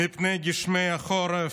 מפני גשמי החורף,